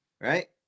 right